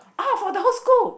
ah for the whole school